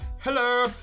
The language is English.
hello